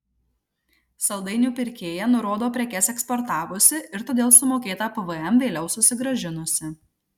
saldainių pirkėja nurodo prekes eksportavusi ir todėl sumokėtą pvm vėliau susigrąžinusi